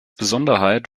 besonderheit